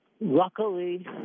Luckily